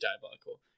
diabolical